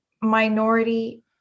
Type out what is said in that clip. minority